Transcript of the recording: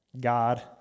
God